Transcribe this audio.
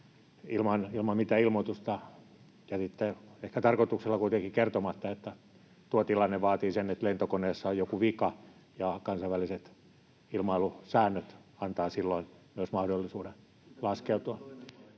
ilman mitään ilmoitusta, ja sitten ehkä tarkoituksella kuitenkin jätti kertomatta, että tuo tilanne vaatii sen, että lentokoneessa on joku vika, ja kansainväliset ilmailusäännöt antavat silloin myös mahdollisuuden laskeutua.